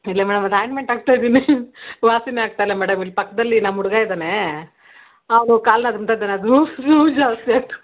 ಇಲ್ಲ ಮೇಡಮ್ ಅದು ಆಯಿಟ್ನ್ಮೆಂಟ್ ಹಾಕ್ತಾ ಇದ್ದೀನಿ ವಾಸಿನೇ ಆಗ್ತಾ ಇಲ್ಲ ಮೇಡಮ್ ಇಲ್ಲಿ ಪಕ್ಕದಲ್ಲಿ ನಮ್ಮ ಹುಡ್ಗ ಇದ್ದಾನೆ ಅವನು ಕಾಲ್ನಾಗ